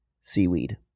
Seaweed